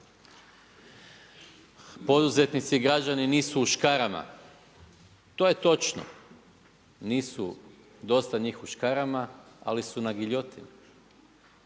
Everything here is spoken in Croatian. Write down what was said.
poduzetnici i građani nisu u škarama, to je točno nisu dosta njih u škarama, ali su na giljotini